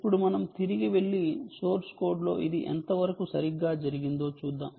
ఇప్పుడు మనం తిరిగి వెళ్లి సోర్స్ కోడ్లో ఇది ఎంతవరకు సరిగ్గా జరిగిందో చూద్దాం